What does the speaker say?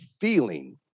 feeling